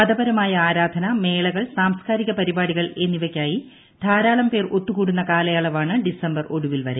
മതപരമായ ആരാധന മേളകൾ സാംസ് കാരിക പരിപാടികൾ എന്നിവയ്ക്കായി ധാരാളം പേർ ഒത്തുകൂടുന്ന കാലയളവാണ് ഡിസംബർ ഒടുവിൽ വരെ